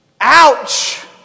Ouch